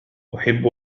أحب